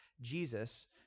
Jesus